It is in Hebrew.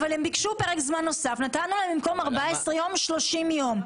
הם ביקשו פרק זמן נוסף ונתנו להם במקום 14 יום 30 יום.